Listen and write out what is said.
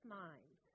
mind